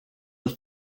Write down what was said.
that